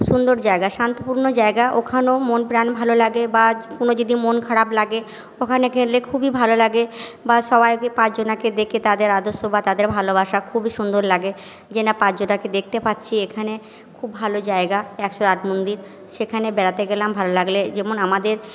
সুন্দর জায়গা শান্তিপূর্ণ জায়গা ওখানও মন প্রাণ ভালো লাগে বা কোনো যদি মন খারাপ লাগে ওখানে গেলে খুবই ভালো লাগে বা সবাইকে পাঁচজনাকে দেখে তাদের আদর্শ বা তাদের ভালোবাসা খুবই সুন্দর লাগে যে না পাঁচজনাকে দেখতে পাচ্ছি এখানে খুব ভালো জায়গা একশো আট মন্দির সেখানে বেড়াতে গেলাম ভালো লাগলে যেমন আমাদের